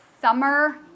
summer